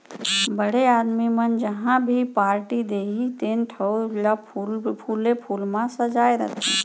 बड़े आदमी मन जहॉं भी पारटी देहीं तेन ठउर ल फूले फूल म सजाय रथें